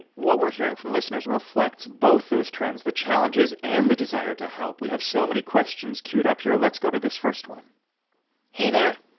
what we're hearing from listeners reflects both those trends the challenges and the desire to help. we have so many questions queued up here. let's go to this first one hey, there.